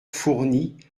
fournie